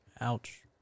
Ouch